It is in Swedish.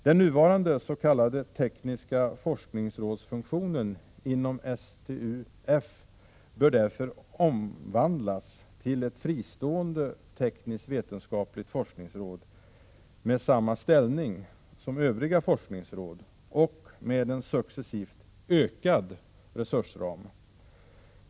Den nuvarande s.k. tekniska forskningsrådsfunktionen inom STUF bör därför omvandlas till ett fristående tekniskt-vetenskapligt forskningsråd med samma ställning som övriga forskningsråd och med en successivt ökad resursram.